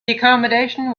accommodation